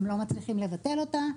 הם לא מצליחים לבטל אותה.